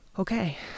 okay